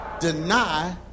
Deny